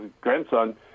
grandson